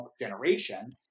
generation